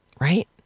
right